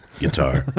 Guitar